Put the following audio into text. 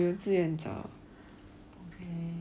有有志愿者